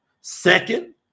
Second